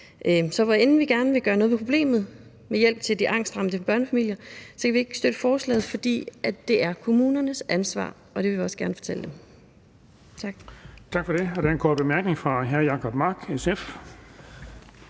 end vi gerne vil gøre noget ved problemet med hensyn til hjælp til de angstramte børnefamilier, kan vi ikke støtte forslaget, fordi det er kommunernes ansvar, og det vil vi også gerne fortælle dem. Tak.